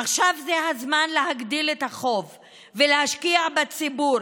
עכשיו זה הזמן להגדיל את החוב ולהשקיע בציבור,